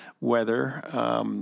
weather